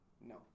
No